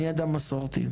אני אדם מסורתי,